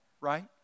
right